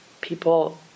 People